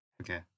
Okay